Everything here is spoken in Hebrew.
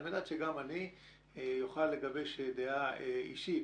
על מנת שגם אני אוכל לגבש דעה אישית,